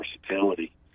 versatility